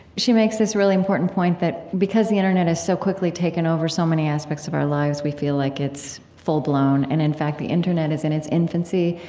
she makes this really important point that because the internet has so quickly taken over so many aspects of our lives, we feel like it's full-blown. and, in fact, the internet is in its infancy,